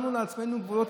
שמנו לעצמנו גבולות,